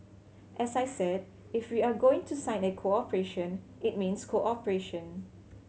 as I said if we are going to sign a cooperation it means cooperation